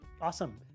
awesome